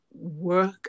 work